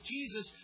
Jesus